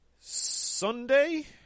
Sunday